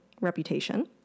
reputation